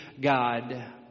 God